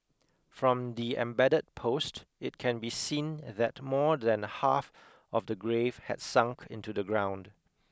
from the embedded post it can be seen that more than half of the grave had sunk into the ground